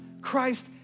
Christ